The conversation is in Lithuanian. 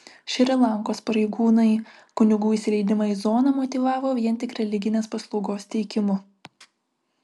šri lankos pareigūnai kunigų įsileidimą į zoną motyvavo vien tik religinės paslaugos teikimu